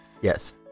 Yes